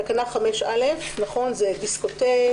תקנה 5(א) זה דיסקוטק